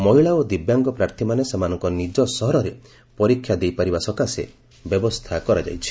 ମହିଳା ଓ ଦିବ୍ୟାଂଙ୍ଗ ପ୍ରାର୍ଥୀମାନେ ସେମାନଙ୍କ ନିଜ ସହରରେ ପରୀକ୍ଷା ଦେଇପାରିବା ସକାଶେ ବ୍ୟବସ୍ଥା କରାଯାଇଛି